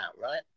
right